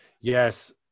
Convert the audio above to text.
Yes